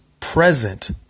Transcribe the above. present